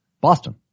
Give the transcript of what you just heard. Boston